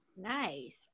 nice